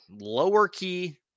lower-key